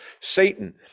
satan